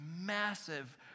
massive